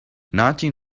nineteen